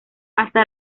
hasta